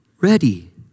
ready